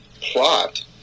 plot